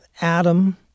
Adam